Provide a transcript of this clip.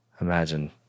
Imagine